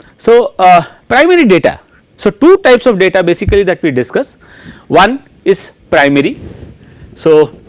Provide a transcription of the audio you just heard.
so a primary data so two types of data basically that we discuss one is primary so